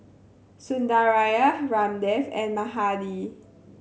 Sundaraiah Ramdev and Mahade